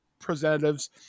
Representatives